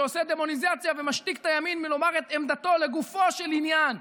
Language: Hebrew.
שעושה דמוניזציה ומשתיק את הימין מלומר את עמדתו לגופו של עניין,